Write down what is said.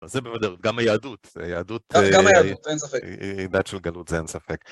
אז זה בוודאות, גם היהדות, יהדות... גם היהדות, אין ספק. דת של גלות, זה אין ספק.